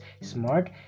smart